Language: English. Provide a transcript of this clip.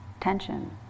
tension